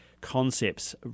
concepts